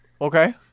Okay